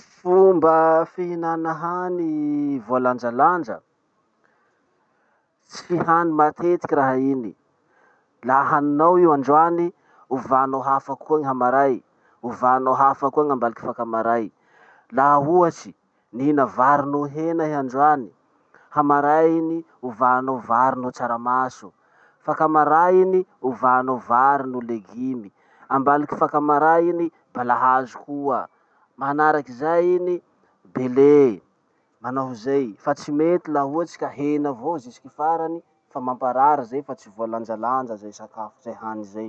Fomba fihinana hany voalanjalanja. Tsy hany matetiky raha iny. Laha haninao io androany, ovanao hafa koa iny hamaray, ovanao hafa koa iny ambaliky afakamaray. Laha ohatsy nihina vary noho hena iha androany, hamaray iny ovanao vary noho tsaramaso, afakamaray iny ovanao vary noho legume, ambaliky afakamaray iny balahazo koa, manaraky zay iny bele, manao ho zay. Fa tsy mety la ohatsy ka hena avao jusque farany fa mamparary zay fa tsy voalanjalanja zay sakafo zay; hany zay.